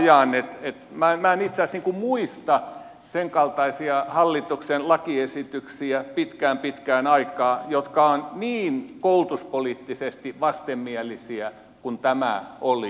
minä en itse asiassa muista senkaltaisia hallituksen lakiesityksiä pitkään pitkään aikaan jotka ovat niin koulutuspoliittisesti vastenmielisiä kuin tämä oli